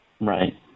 Right